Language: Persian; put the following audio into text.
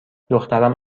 دخترم